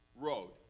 road